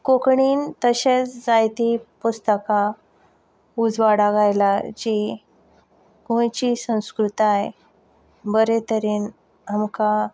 कोंकणीन तशेंच जायतीं पुस्तकां उजवाडाक आयलां जीं गोंयची संस्कृताय बरे तरेन आमकां